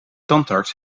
tandarts